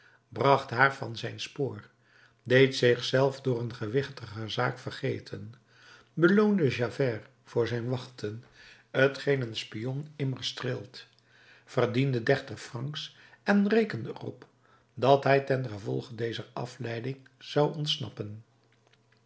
bracht haar van zijn spoor deed zich zelf door een gewichtiger zaak vergeten beloonde javert voor zijn wachten t geen een spion immer streelt verdiende dertig francs en rekende er op dat hij ten gevolge dezer afleiding zou ontsnappen